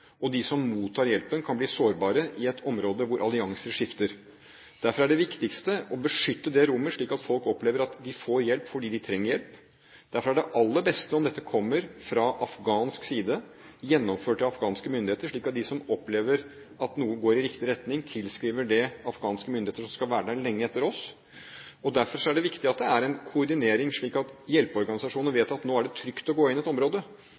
og de som mottar hjelpen, kan bli sårbare i et område hvor allianser skifter. Derfor er det viktigste å beskytte det rommet, slik at folk opplever at de får hjelp fordi de trenger hjelp. Derfor er det aller beste om dette kommer fra afghansk side, gjennomført av afghanske myndigheter, slik at de som opplever at noe går i riktig retning, tilskriver det de afghanske myndigheter, som skal være der lenge etter oss. Derfor er det viktig at det er en koordinering, slik at hjelpeorganisasjonene vet at nå er det trygt å gå inn i et område.